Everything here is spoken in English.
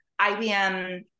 IBM